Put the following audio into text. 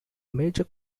major